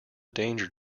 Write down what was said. danger